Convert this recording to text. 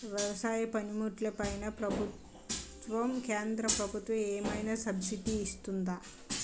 వ్యవసాయ పనిముట్లు పైన కేంద్రప్రభుత్వం ఏమైనా సబ్సిడీ ఇస్తుందా?